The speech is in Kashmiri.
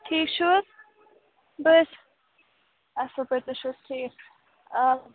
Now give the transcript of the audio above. ٹھیٖک چھُوٕ بہٕ حظ اَصٕل پٲٹھۍ تُہۍ چھُو حظ ٹھیٖک آ